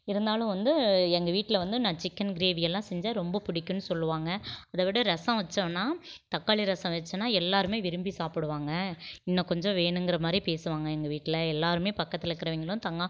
இருந்தாலும் வந்து எங்கள் வீட்டில் வந்து நான் சிக்கன் கிரேவியெல்லாம் செஞ்சால் ரொம்ப பிடிக்கும்னு சொல்லுவாங்க அதை விட ரசம் வச்சோன்னா தக்காளி ரசம் வச்சேன்னா எல்லாருமே விரும்பி சாப்பிடுவாங்க இன்னும் கொஞ்சம் வேணுங்கிற மாதிரி பேசுவாங்க எங்கள் வீட்டில் எல்லாருமே பக்கத்தில் இருக்கிறவிங்களும் தங்கம்